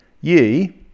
Ye